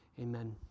Amen